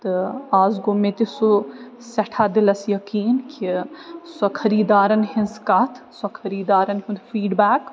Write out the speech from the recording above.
تہٕ آز گوٚو مےٚ تہِ سُہ سٮ۪ٹھاہ دِلس یقین کہِ سۄ خریٖدارَن ہِنٛز کَتھ سۄ خریٖدارَن ہُنٛد فیٖڈ بیک